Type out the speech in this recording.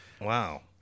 wow